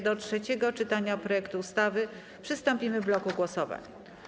Do trzeciego czytania projektu ustawy przystąpimy w bloku głosowań.